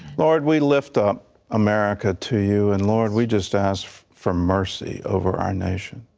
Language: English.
lord we lift up america to you and lord we just asked for for mercy over our nation.